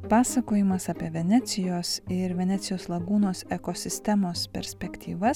pasakojimas apie venecijos ir venecijos lagūnos ekosistemos perspektyvas